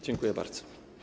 Dziękuję bardzo.